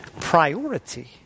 priority